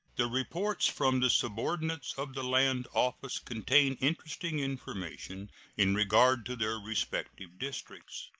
the reports from the subordinates of the land office contain interesting information in regard to their respective districts.